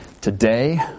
Today